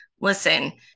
Listen